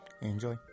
Enjoy